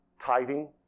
tithing